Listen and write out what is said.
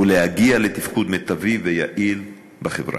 ולהגיע לתפקוד מיטבי ויעיל בחברה.